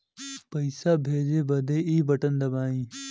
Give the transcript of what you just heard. पइसा भेजे बदे ई बटन दबाई